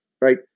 Right